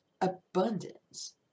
abundance